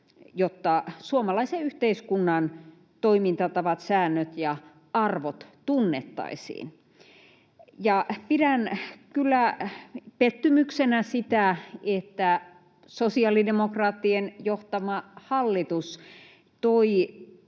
jotta suomalaisen yhteiskunnan toimintatavat, säännöt ja arvot tunnettaisiin. Pidän kyllä pettymyksenä sitä, että sosiaalidemokraattien johtama hallitus toi